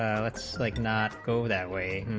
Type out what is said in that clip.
um it's like not go that way